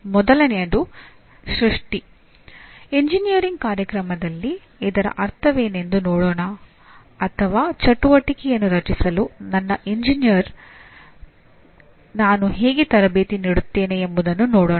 ಮೊದಲನೆಯದು ಸೃಷ್ಟಿ ಎಂಜಿನಿಯರಿಂಗ್ ಕಾರ್ಯಕ್ರಮದಲ್ಲಿ ಇದರ ಅರ್ಥವೇನೆಂದು ನೋಡೋಣ ಅಥವಾ ಚಟುವಟಿಕೆಯನ್ನು ರಚಿಸಲು ನನ್ನ ಎಂಜಿನಿಯರ್ಗೆ ನಾನು ಹೇಗೆ ತರಬೇತಿ ನೀಡುತ್ತೇನೆ ಎಂಬುದನ್ನು ನೋಡೋಣ